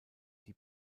die